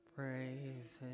Praise